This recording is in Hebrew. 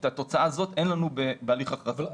את התוצאה הזאת אין לנו בהליך הכרזה.